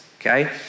okay